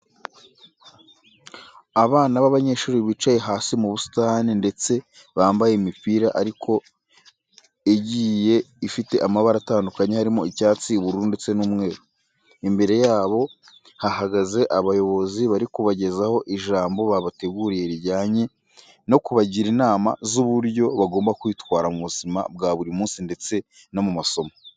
Abana b'abanyeshuri bicaye hasi mu busitani ndetse bambaye imipira ariko igiye ifite amabara atandukanye harimo icyatsi, ubururu ndetse n'umweru. Imbere yabo hahagaze abayobozi bari kubagezaho ijambo babateguriye rijyanye no kubagira inama z'uburyo bagomba kwitwara mu buzima bwa buri munsi ndetse no mu masomo.